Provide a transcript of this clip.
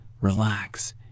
relax